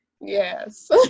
Yes